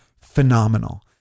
phenomenal